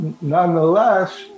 nonetheless